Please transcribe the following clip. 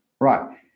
Right